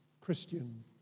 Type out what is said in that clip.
Christian